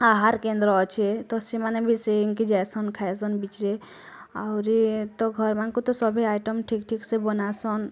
ଆହାର କେନ୍ଦ୍ର ଅଛି ତ ସେମାନେ ବି ସେକିଙ୍କି ଯାଇସନ୍ ଖାଇସନ୍ ଆହୁରି ତ ଘର ମାନକେ ତା ସଭି ଆଇଟମ୍ ଠିକ୍ ଠିକ୍ ସେ ବନାସନ୍